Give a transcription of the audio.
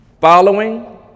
Following